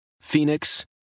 phoenix